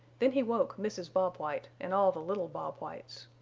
then he woke mrs. bob white and all the little bob whites.